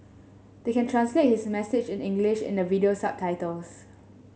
they can translate his message in English in the video subtitles